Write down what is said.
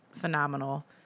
phenomenal